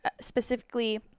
specifically